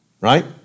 right